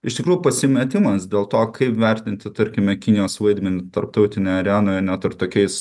iš tikrųjų pasimetimas dėl to kaip vertinti tarkime kinijos vaidmenį tarptautinėj arenoje net ir tokiais